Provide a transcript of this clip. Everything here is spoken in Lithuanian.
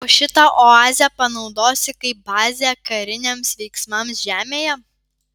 o šitą oazę panaudosi kaip bazę kariniams veiksmams žemėje